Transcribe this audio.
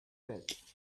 fit